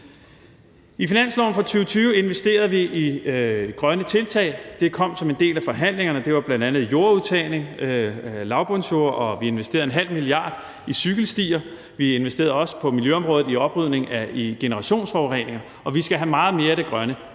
I finansloven for 2020 investerede vi i grønne tiltag. Det kom som en del af forhandlingerne. Det var bl.a. udtagning af lavbundsjorder, og vi investerede ½ mia. kr. i cykelstier. Vi investerede også på miljøområdet i oprydning af generationsforureninger, og vi skal have meget mere af det grønne.